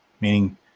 meaning